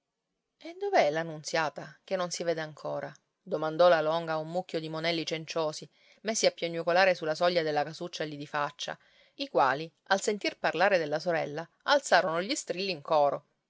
dove è la nunziata che non si vede ancora domandò la longa a un mucchio di monelli cenciosi messi a piagnucolare sulla soglia della casuccia lì di faccia i quali al sentir parlare della sorella alzarono gli strilli in coro